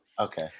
okay